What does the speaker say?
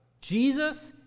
Jesus